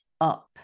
up